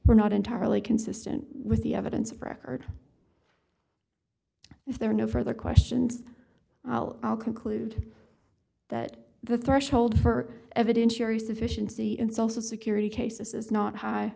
were not entirely consistent with the evidence of record if there are no further questions i'll conclude that the threshold for evidence sherry sufficiency in social security cases is not high